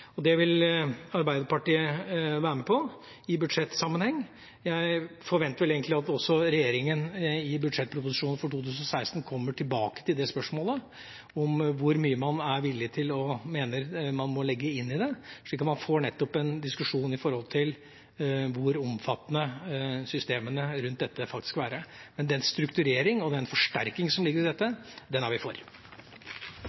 arbeidet. Det vil Arbeiderpartiet være med på i budsjettsammenheng. Jeg forventer vel egentlig at også regjeringen i budsjettproposisjonen for 2016 kommer tilbake til spørsmålet om hvor mye man er villig til og mener man må legge inn i det, slik at man får en diskusjon om hvor omfattende systemene rundt dette faktisk vil være. Men det er en strukturering og en forsterking som ligger i dette – og det er vi for.